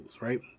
right